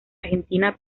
argentina